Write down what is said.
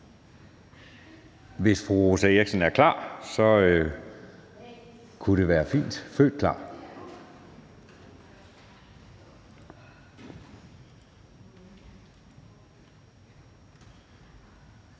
Hvis fru Rosa Eriksen er klar, vil det være fint.